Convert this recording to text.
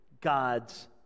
God's